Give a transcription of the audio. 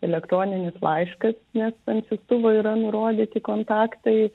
elektroninis laiškas nes ant siųstuvo yra nurodyti kontaktai